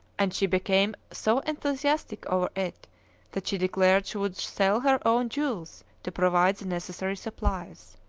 and she became so enthusiastic over it that she declared she would sell her own jewels to provide the necessary supplies.